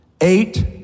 Eight